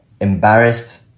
embarrassed